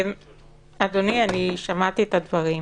אדוני, אני שמעתי את הדברים.